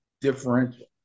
differential